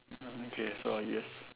mm okay so yes